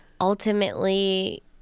ultimately